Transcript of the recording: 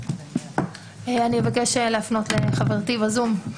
אני מבקשת להפנות לחברתי שנמצאת ב-זום,